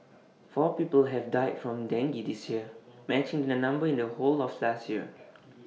four people have died from dengue this year matching the number in the whole of last year